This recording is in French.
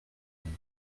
nuit